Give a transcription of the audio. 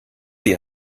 die